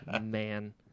Man